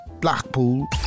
Blackpool